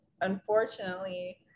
unfortunately